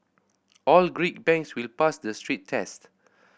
all Greek banks will pass the stress tests